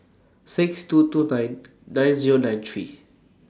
six two two nine nine Zero nine three